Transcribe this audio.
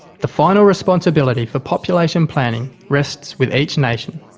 the final responsibility for population planning rests with each nation.